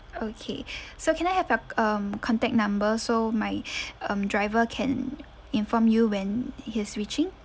okay so can I have your um contact number so my um driver can inform you when he's reaching